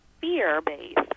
fear-based